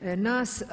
nas.